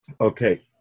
Okay